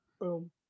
boom